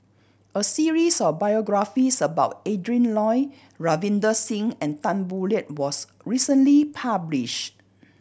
a series of biographies about Adrin Loi Ravinder Singh and Tan Boo Liat was recently published